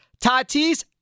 Tatis